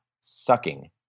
sucking